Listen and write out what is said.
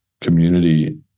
community